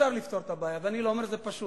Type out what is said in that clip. אפשר לפתור את הבעיה, ואני לא אומר שזה פשוט.